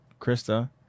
Krista